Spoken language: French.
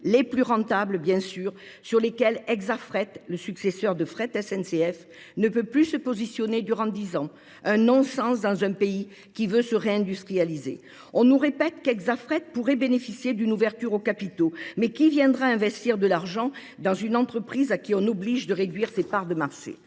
les plus rentables bien sûr, sur lesquelles Hexa Fret, le successeur de Fret SNCF, ne peut plus se positionner durant 10 ans. Un non-sens dans un pays qui veut se réindustrialiser. On nous répète qu'Exafred pourrait bénéficier d'une ouverture au capital mais qui viendra investir de l'argent dans une entreprise à qui on oblige de réduire ses parts de marché.